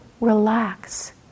relax